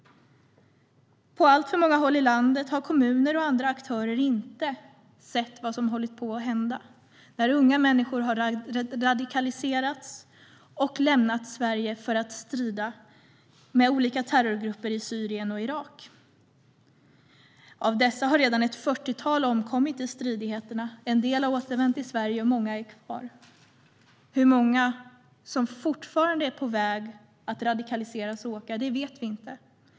På alltför många håll i landet har kommuner och andra aktörer inte sett vad som hållit på att hända. Unga människor har radikaliserats och lämnat Sverige för att strida med olika terrorgrupper i Syrien och Irak. Av dessa har redan ett fyrtiotal omkommit i stridigheterna. En del har återvänt till Sverige, och många är kvar. Hur många som är på väg att radikaliseras vet vi inte.